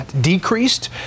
decreased